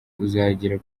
uzagera